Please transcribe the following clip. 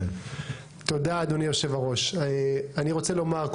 בזה אני אפילו מסכים עם חברת הכנסת רוזין שאמרה קודם